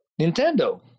Nintendo